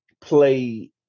play